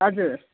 हजुर